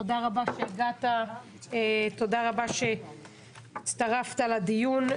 תודה רבה שהגעת, תודה רבה שהצטרפת לדיון.